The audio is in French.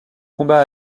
combat